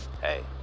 Hey